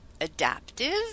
adaptive